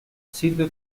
sirve